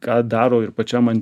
ką daro ir pačiam man